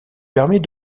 permet